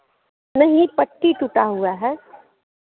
नहीं पट्टी टूटा हुआ है